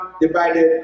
divided